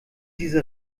diese